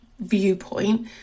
viewpoint